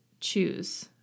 choose